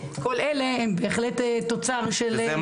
כל אלה הם בהחלט תוצר של -- זה מה